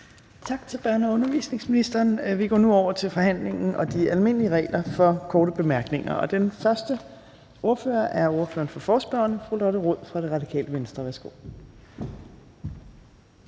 Tak til børne- og undervisningsministeren. Vi går nu over til forhandlingen og de almindelige regler for korte bemærkninger. Den første ordfører er ordføreren for forespørgerne, fru Lotte Rod fra Radikale Venstre. Værsgo.